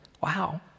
wow